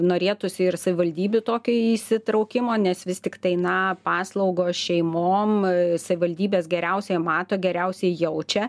norėtųsi ir savivaldybių tokio įsitraukimo nes vis tiktai na paslaugos šeimom savivaldybės geriausiai mato geriausiai jaučia